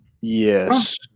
Yes